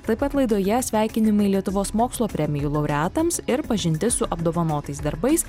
taip pat laidoje sveikinimai lietuvos mokslo premijų laureatams ir pažintis su apdovanotais darbais